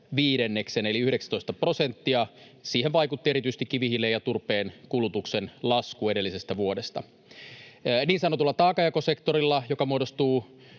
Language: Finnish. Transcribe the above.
eli 19 prosenttia, siihen vaikutti erityisesti kivihiilen ja turpeen kulutuksen lasku edellisestä vuodesta. Niin sanotulla taakanjakosektorilla — joka muodostuu